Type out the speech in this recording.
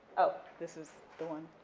oh, this is the one,